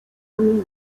нові